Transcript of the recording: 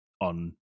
on